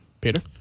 Peter